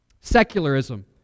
Secularism